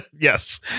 Yes